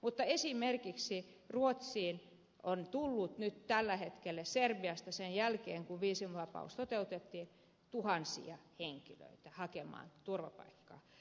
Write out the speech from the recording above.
mutta esimerkiksi ruotsiin on tullut nyt serbiasta sen jälkeen kun viisumivapaus toteutettiin tuhansia henkilöitä hakemaan turvapaikkaa